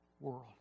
world